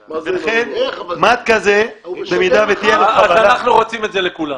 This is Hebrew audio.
ולכן, מד כזה --- אנחנו רוצים את זה לכולם.